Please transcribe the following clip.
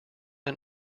and